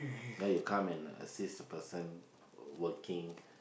then you come and assist the person working